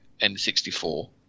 n64